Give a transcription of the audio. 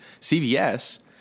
CVS